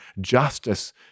justice